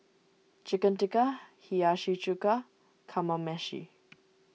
Chicken Tikka Hiyashi Chuka Kamameshi